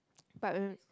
but um